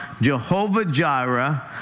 Jehovah-Jireh